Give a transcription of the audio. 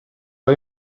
های